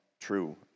true